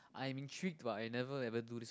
I'm intrigued but I never ever do this